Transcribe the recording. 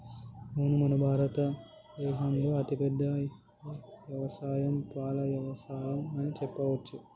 అవును మన భారత దేసంలో అతిపెద్ద యవసాయం పాల యవసాయం అని చెప్పవచ్చు